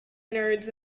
nerds